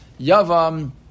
Yavam